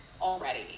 already